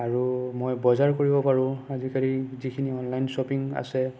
আৰু মই বজাৰ কৰিব পাৰোঁ আজিকালি যিখিনি অনলাইন শ্ৱপিং আছে